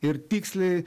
ir tiksliai